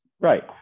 Right